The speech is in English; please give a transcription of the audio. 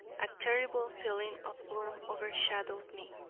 a terrible feeling of gloom over shadowed me.